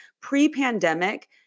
Pre-pandemic